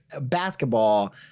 basketball